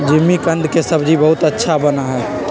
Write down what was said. जिमीकंद के सब्जी बहुत अच्छा बना हई